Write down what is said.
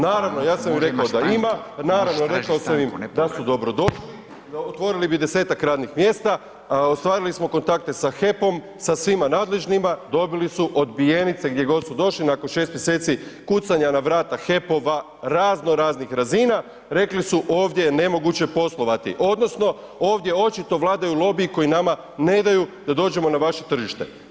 Naravno, ja sam im rekao da ima, naravno rekao sam im da su dobrodošli, otvorili bi 10-ak radnih mjesta, ostvarili smo kontakte sa HEP-om, sa svima nadležnima, dobili su odbijenice gdje god su došli, nakon 6 mjeseci kucanja na vrata HEP-ova razno raznih razina rekli su ovdje je nemoguće poslovati odnosno ovdje očito vladaju lobiji koji nama ne daju da dođemo na vaše tržište.